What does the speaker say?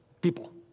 people